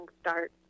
start